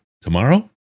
tomorrow